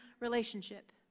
relationship